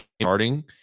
starting